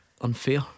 unfair